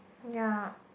ya